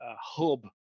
hub